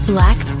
Black